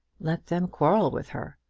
let them quarrel with her.